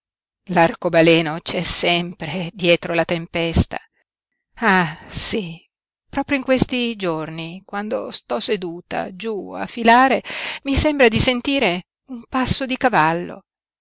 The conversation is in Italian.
l'arcobaleno c'è sempre dietro la tempesta ah sí proprio in questi giorni quando sto seduta giú a filare mi sembra di sentire un passo di cavallo